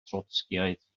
trotscïaeth